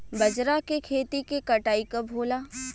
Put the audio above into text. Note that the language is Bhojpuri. बजरा के खेती के कटाई कब होला?